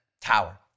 Tower